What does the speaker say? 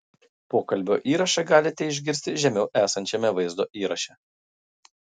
pokalbio įrašą galite išgirsti žemiau esančiame vaizdo įraše